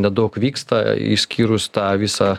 nedaug vyksta išskyrus tą visą